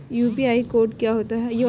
UPI code क्या होता है?